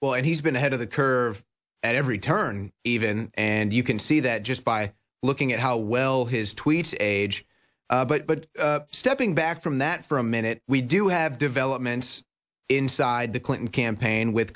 well and he's been ahead of the curve at every turn even and you can see that just by looking at how well his tweet age but stepping back from that for a minute we do have developments inside the clinton campaign with